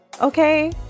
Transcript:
okay